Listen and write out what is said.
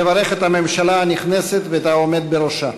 לברך את הממשלה הנכנסת ואת העומד בראשה.